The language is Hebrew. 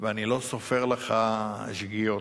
ואני לא סופר לך שגיאות.